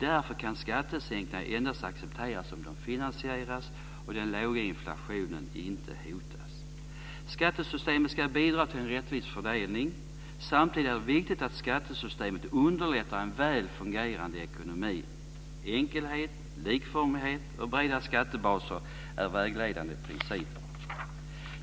Därför kan skattesänkningar endast accepteras om de finansieras och den låga inflationen inte hotas. Skattesystemet ska bidra till en rättvis fördelning. Samtidigt är det viktigt att skattesystemet underlättar en väl fungerande ekonomi. Enkelhet, likformighet och breda skattebaser är vägledande principer.